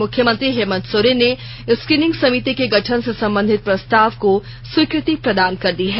मुख्यमंत्री हेमन्त सोरेन ने स्क्रीनिंग सभिति के गठन से संबंधित प्रस्ताव को स्वीकृति प्रदान कर दी है